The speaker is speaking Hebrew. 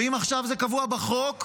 ואם עכשיו זה קבוע בחוק,